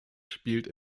spielt